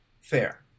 Fair